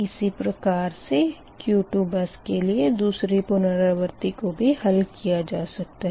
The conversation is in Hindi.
इसी प्रकार से Q2 बस के लिए दूसरी पुनरावर्ती को भी हल किया जा सकता है